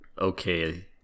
okay